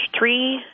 three